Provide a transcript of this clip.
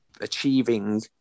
achieving